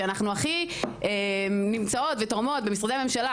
שהכי נמצאות ותורמות במשרדי הממשלה,